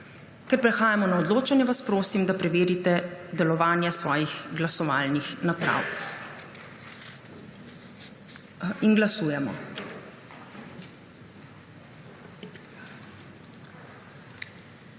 Ker prehajamo na odločanje, vas prosim, da preverite delovanje svojih glasovalnih naprav. Glasujemo.